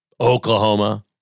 Oklahoma